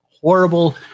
horrible